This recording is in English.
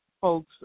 folks